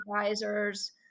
advisors